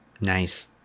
nice